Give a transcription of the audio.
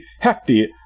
hefty